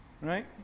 Right